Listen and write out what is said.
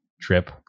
trip